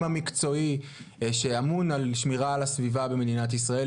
המקצועי שאמון על שמירה על הסביבה במדינת ישראל.